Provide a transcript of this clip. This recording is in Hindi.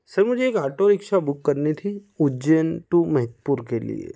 सर मुझे एक ऑटो रिक्शा बुक करनी थी उज्जैन टू महकपुर के लिए